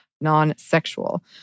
non-sexual